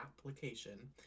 application